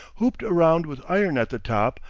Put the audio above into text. hooped around with iron at the top,